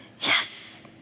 Yes